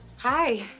Hi